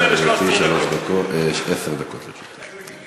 בבקשה, גברתי, עשר דקות לרשותך.